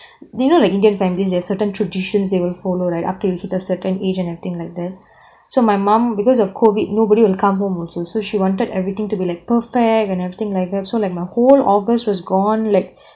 the you know the indian families they have certain traditions they will follow right up til a cetain age and everything like that so my mum because of COVID nobody will come home also so she wanted everything to be like perfect and everything like that so like my whole august was gone like